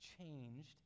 changed